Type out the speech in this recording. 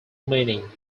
meaning